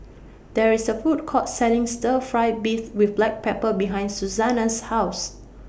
There IS A Food Court Selling Stir Fry Beef with Black Pepper behind Susana's House